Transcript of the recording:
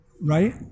right